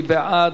מי בעד?